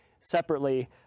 separately